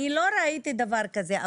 אני לא ראיתי דבר כזה,